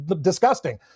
disgusting